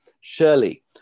Shirley